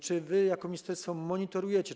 Czy wy jako ministerstwo monitorujecie to?